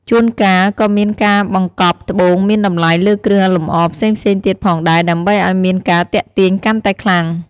ជួនកាលក៏មានការបង្កប់ត្បូងមានតម្លៃលើគ្រឿងលម្អផ្សេងៗទៀតផងដែរដើម្បីអោយមានការទាក់ទាញកាន់តែខ្លាំង។